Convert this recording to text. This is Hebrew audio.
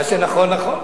מה שנכון נכון.